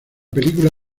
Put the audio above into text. película